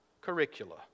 curricula